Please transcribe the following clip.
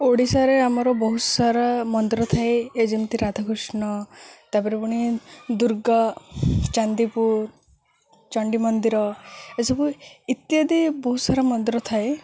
ଓଡ଼ିଶାରେ ଆମର ବହୁତ ସାରା ମନ୍ଦିର ଥାଏ ଏ ଯେମିତି ରାଧାକୃଷ୍ଣ ତା'ପରେ ପୁଣି ଦୁର୍ଗ ଚାନ୍ଦିପୁର ଚଣ୍ଡୀ ମନ୍ଦିର ଏସବୁ ଇତ୍ୟାଦି ବହୁତ ସାରା ମନ୍ଦିର ଥାଏ